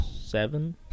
seven